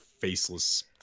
faceless